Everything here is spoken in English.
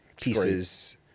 pieces